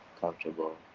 comfortable